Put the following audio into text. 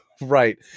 right